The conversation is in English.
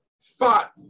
fat